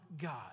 God